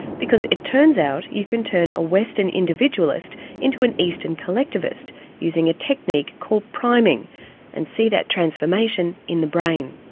because it turns out you can turn a western individualist into an eastern collectivist using a technique called priming and see that transformation in the brain.